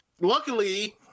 luckily